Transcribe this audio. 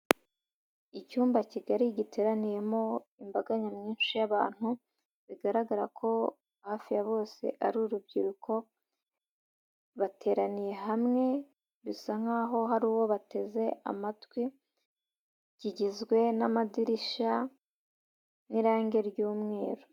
Icyumba kigari giteraniyemo imbaga nyamwinshi y'abantu, bigaragara ko hafi ya bose ari urubyiruko, bateraniye hamwe bisa nkaho hari uwo bateze amatwi, kigizwe n'amadirishya n'irange ry'umweru.